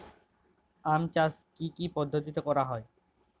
আম চাষ কি কি পদ্ধতিতে করা হয়?